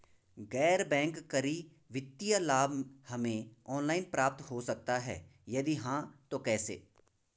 गैर बैंक करी वित्तीय लाभ हमें ऑनलाइन प्राप्त हो सकता है यदि हाँ तो कैसे?